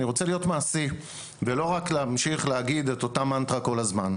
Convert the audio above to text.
ואני רוצה להיות מעשי ולא רק להמשיך את אותה מנטרה כל הזמן,